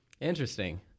interesting